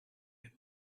made